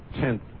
tenth